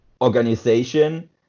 organization